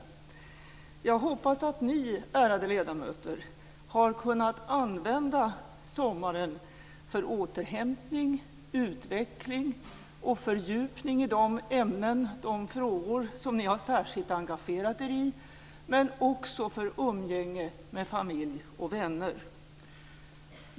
Jag hoppas att ni, ärade ledamöter, har kunnat använda sommaren för återhämtning, utveckling och fördjupning i de ämnen och de frågor som ni har särskilt engagerat er i, men också för umgänge med familj och vänner.